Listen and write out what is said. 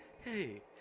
hey